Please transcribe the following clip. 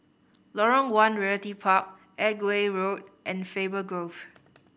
Lorong One Realty Park Edgware Road and Faber Grove